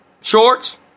Shorts